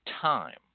time